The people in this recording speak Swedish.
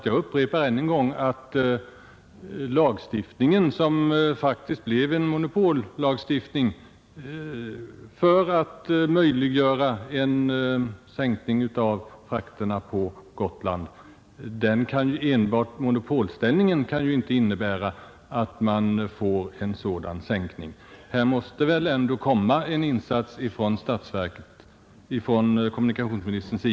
Jag upprepar att lagstiftningen faktiskt blev en monopollagstiftning för att möjliggöra en sänkning av frakterna på Gotland och att enbart monopolställningen inte kan innebära att man får en sådan sänkning. Här måste väl ändå göras en insats av kommunikationsministern.